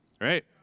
right